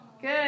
Good